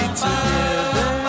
together